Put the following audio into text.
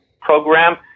program